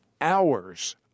hours